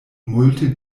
multe